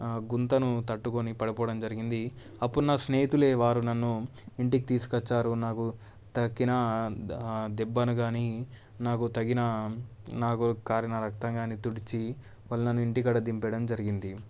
గుంతను తట్టుకొని పడిపోడం జరిగింది అప్పుడు నా స్నేహితులే వారు నన్ను ఇంటికి తీసుకొచ్చారు నాకు తగిలిన దెబ్బను కానీ నాకు తగిలిన నాకు కారిన రక్తం కానీ తుడిచి వాళ్ళు నన్ను ఇంటికాడ దింపడం జరిగింది